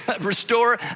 restore